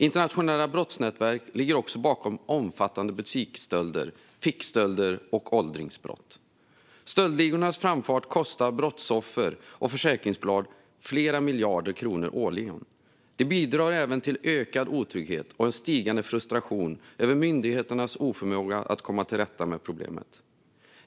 Internationella brottsnätverk ligger också bakom omfattande butiksstölder, fickstölder och åldringsbrott. Stöldligornas framfart kostar brottsoffer och försäkringsbolag flera miljarder kronor årligen. Detta bidrar även till ökad otrygghet och en stigande frustration över myndigheternas oförmåga att komma till rätta med problemet.